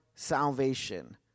salvation